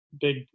big